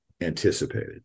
anticipated